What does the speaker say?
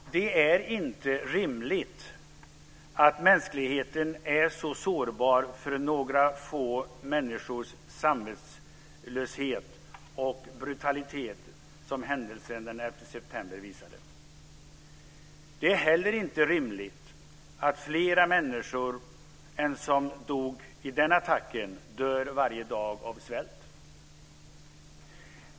Det är inte rimligt att mänskligheten är så sårbar för några få människors samvetslöshet och brutalitet som händelsen den 11 september visade. Det är heller inte rimligt att fler människor än som dog i den attacken dör varje dag av svält.